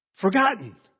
Forgotten